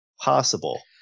possible